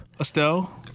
Estelle